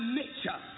nature